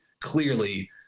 clearly